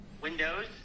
Windows